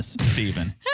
Stephen